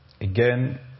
Again